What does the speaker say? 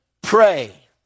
pray